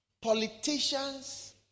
politicians